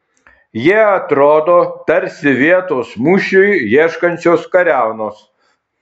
jie atrodo tarsi vietos mūšiui ieškančios kariaunos